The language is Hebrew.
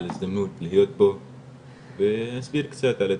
ההזדמנות להיות פה ולהסביר קצת על עצמי,